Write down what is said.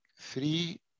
three